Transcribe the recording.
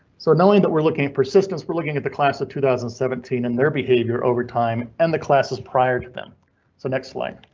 so, knowing that we're looking at persistence, we're looking at the class of two thousand and seventeen and their behavior overtime and the classes prior to them. so next line.